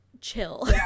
chill